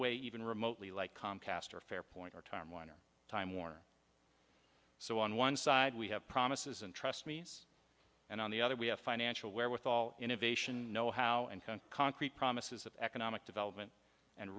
way even remotely like comcast or fair point or time warner time warner so on one side we have promises and trust me and on the other we have financial where with all innovation know how and concrete promises of economic development and